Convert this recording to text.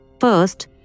First